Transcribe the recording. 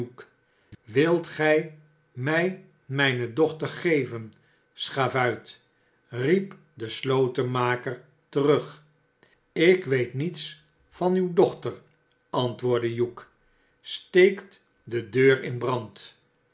wilt gij mij mijne dochter geven schavuit riep de slotenmaker terug ik weet niets van uwe dochter antwoordde hugh steekt de deur in brand